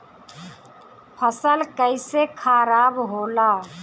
फसल कैसे खाराब होला?